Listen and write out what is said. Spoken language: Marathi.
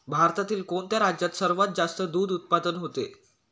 भारतातील कोणत्या राज्यात सर्वात जास्त दूध उत्पादन होते?